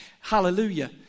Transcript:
Hallelujah